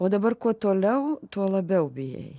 o dabar kuo toliau tuo labiau bijai